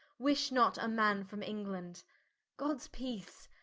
wish not a man from england gods peace,